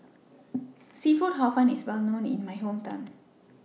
Seafood Hor Fun IS Well known in My Hometown